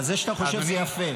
זה שאתה חושב זה יפה,